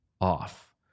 off